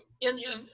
Indian